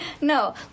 No